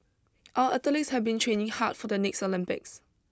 our athletes have been training hard for the next Olympics